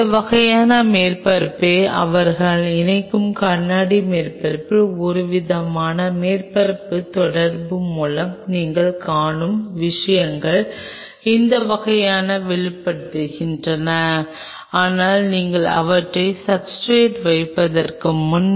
இந்த வகையான மேற்பரப்பை அவர்கள் இணைக்கும் கண்ணாடி மேற்பரப்பில் ஒருவித மேற்பரப்பு தொடர்பு மூலம் நீங்கள் காணும் விஷயங்களை இந்த வகையான வெளிப்படுத்துகிறது ஆனால் நீங்கள் அவற்றை சப்ஸ்ர்டேட் வைப்பதற்கு முன்